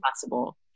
possible